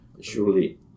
Surely